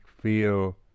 feel